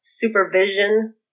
supervision